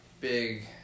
big